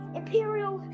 imperial